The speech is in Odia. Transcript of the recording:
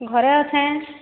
ଘରେ ଅଛେଁ